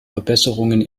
verbesserungen